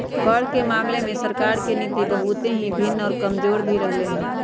कर के मामले में सरकार के नीति बहुत ही भिन्न और कमजोर भी रहले है